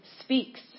speaks